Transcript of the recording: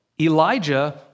Elijah